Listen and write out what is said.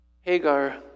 Hagar